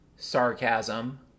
sarcasm